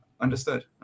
Understood